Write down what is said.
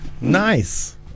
Nice